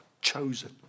Chosen